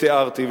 שתיארתי.